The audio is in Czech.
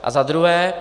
A za druhé.